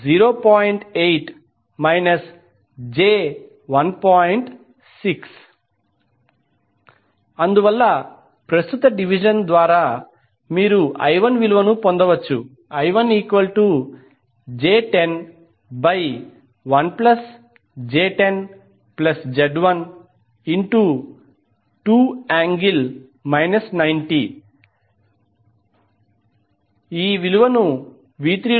6 అందువల్ల ప్రస్తుత డివిజన్ ద్వారా I1j101j10Z12∠ 90 V3I112